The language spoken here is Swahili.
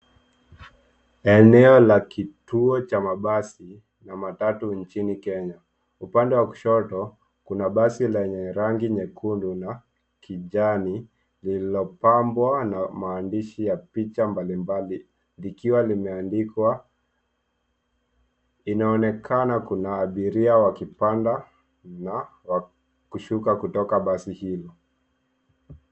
Eneo la kituo cha mabasi na matatu nchini kenya. Upande wa kushoto kuna basi lenye rangi nyekundu na kijani lililopambwa na maandishi ya picha mbalimbali likiwa limeandikwa. Inaonekana kuna abiria wakipinda na wa kushuka kutoka basi hilo.